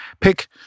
Pick